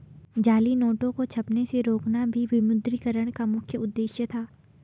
जाली नोटों को छपने से रोकना भी विमुद्रीकरण का मुख्य उद्देश्य था